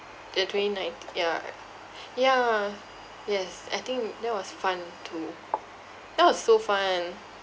the twenty ninetee~ yeah yeah yes I think that was fun too that was so fun